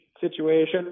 situation